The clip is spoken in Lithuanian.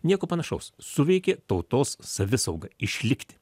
nieko panašaus suveikė tautos savisauga išlikti